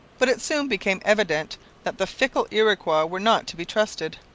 but it soon became evident that the fickle iroquois were not to be trusted.